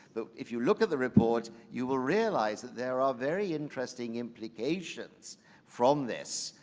but if you look at the report, you will realize that there are very interesting implications from this,